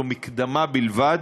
זו מקדמה בלבד,